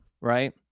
right